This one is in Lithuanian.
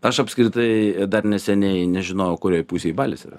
aš apskritai dar neseniai nežinojau kurioj pusėj balis yra